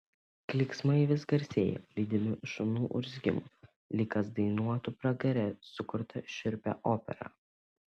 klyksmai vis garsėjo lydimi šunų urzgimo lyg kas dainuotų pragare sukurtą šiurpią operą